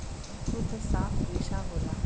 सुद्ध साफ रेसा होला